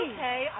Okay